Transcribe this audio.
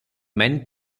many